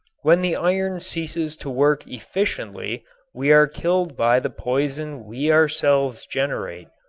when the iron ceases to work efficiently we are killed by the poison we ourselves generate.